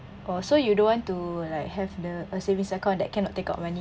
oh so you don't want to like have the a savings account that cannot take out money